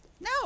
No